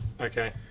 Okay